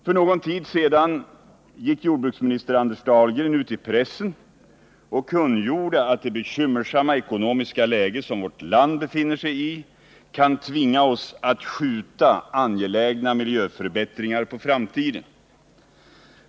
För någon tid sedan gick jordbruksminister Anders Dahlgren ut i pressen och kungjorde att det bekymmersamma ekonomiska läge som vårt land befinner sig i kan tvinga oss att skjuta angelägna miljöförbättringar på framtiden.